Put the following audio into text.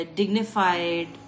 dignified